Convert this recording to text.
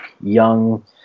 young